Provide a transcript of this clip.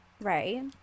Right